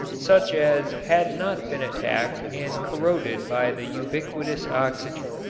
such as had not been attacked and corroded by the ubiquitous oxygen.